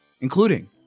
including